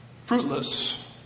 Fruitless